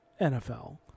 NFL